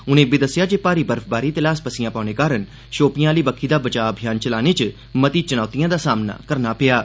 उनें इब्बी दस्सेआ जे भारी बर्फबारी ते ल्हास पस्सियां पौने कारण शोपियां आह्ली बक्खी दा बचाऽ अभियान चलाने च मती चुनौतिएं दा सामना करना पेआ हा